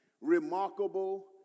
remarkable